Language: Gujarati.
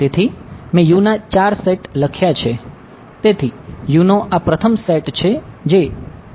તેથી મેં U ના 4 સેટ છે